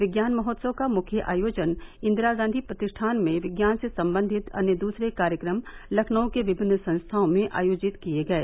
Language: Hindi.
विज्ञान महोत्सव का मुख्य आयोजन इंदिरा गांधी प्रतिष्ठान में और विज्ञान से संबंधित अन्य द्सरे कार्यक्रम लखनऊ के विभिन्न संस्थाओं में आयोजित किये गये